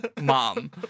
mom